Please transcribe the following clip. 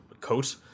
coat